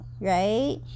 right